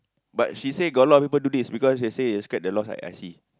but she say got a lot of people do this because she say they scared the loss of I_C